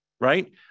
right